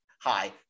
hi